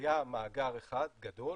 היה מאגר אחד גדול